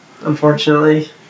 Unfortunately